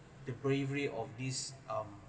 the bravery of this um